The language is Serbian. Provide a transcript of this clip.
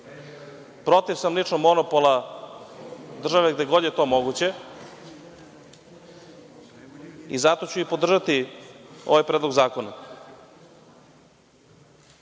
protiv monopola države gde god je to moguće i zato ću i podržati ovaj predlog zakona. Dobro